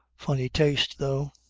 funny taste though.